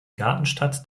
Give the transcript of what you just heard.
gartenstadt